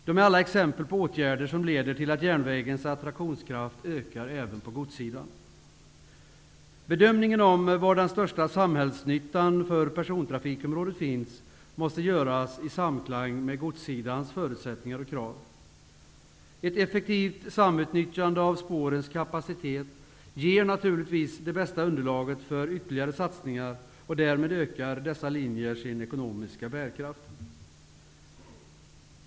De är alla exempel på åtgärder som leder till att järnvägens attraktionskraft ökar även på godssidan. Bedömningen av var den största samhällsnyttan för persontrafikområdet finns måste göras i samklang med godssidans förutsättningar och krav. Ett effektivt samutnyttjande av spårens kapacitet ger naturligtvis det bästa underlaget för ytterligare satsningar, och därmed ökar dessa linjer sin ekonomiska bärkraft.